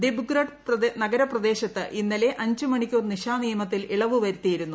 ദിബ്രുഗഡ് നഗരപ്രദേശത്ത് ഇന്നലെ അഞ്ച് മണിക്കൂർ നിശാനിയമത്തിൽ ഇളവ് വരുത്തിയിരുന്നു